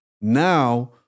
Now